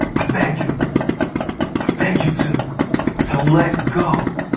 i beg you ah beg you to to let go.